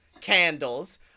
candles